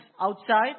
outside